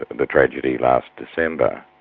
the tragedy last december,